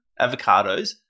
avocados